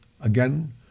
again